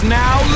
now